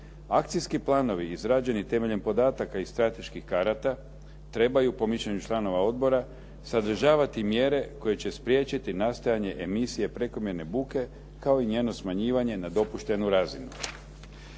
Akcijski planovi izrađeni temeljem podataka iz strateških karata trebaju po mišljenju članova odbora sadržavati mjere koje će spriječiti nastajanje emisije prekomjerne buke kao i njeno smanjivanje na dopuštenu razinu.